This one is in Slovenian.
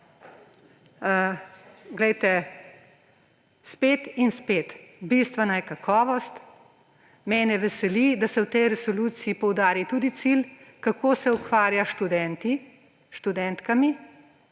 Glejte, spet in spet, bistvena je kakovost. Mene veseli, da se v tej resoluciji poudari tudi cilj, kako se ukvarjaš s študentkami